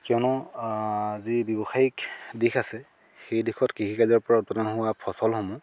কিয়নো যি ব্যৱসায়িক দিশ আছে সেই দিশত কৃষিকাৰ্যৰ পৰা উৎপাদন হোৱা ফচলসমূহ